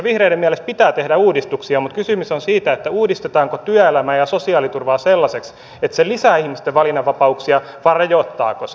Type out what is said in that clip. vihreiden mielestä pitää tehdä uudistuksia mutta kysymys on siitä uudistetaanko työelämää ja sosiaaliturvaa sellaiseksi että se lisää ihmisten valinnanvapauksia vai rajoittaako se